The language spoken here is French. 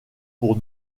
pour